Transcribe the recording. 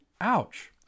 Ouch